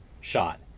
shot